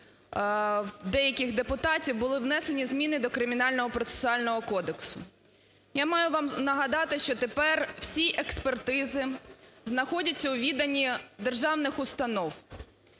деяких депутатів, були внесені зміни до Кримінального процесуального кодексу. Я маю вам нагадати, що тепер всі експертизи знаходяться у віданні державних установ,